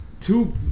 two